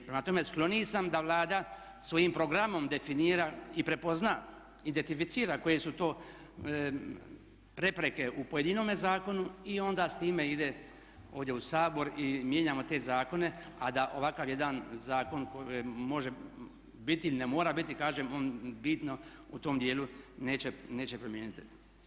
Prema tome, skloniji sam da Vlada svojim programom definira i prepozna identificira koje su to prepreke u pojedinome zakonu i onda s time ide ovdje u Sabor i mijenjamo te zakone, a da ovakav jedan zakon koji može biti ili ne mora biti kažem on bitno u tom dijelu neće promijeniti.